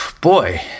Boy